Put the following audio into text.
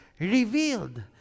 revealed